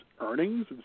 earnings